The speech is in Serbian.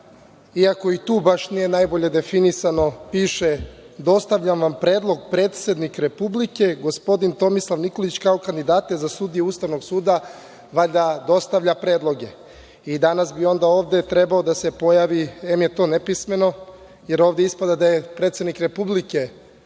iako i tu nije baš najbolje definisano, piše – dostavljam vam predlog predsednik Republike, gospodin Tomislav Nikolić, kao kandidate za sudije Ustavnog suda, valjda dostavlja predloge. I danas bi onda ovde trebao da se pojavi, em je to nepismeno, jer ovde ispada da je predsednik Republike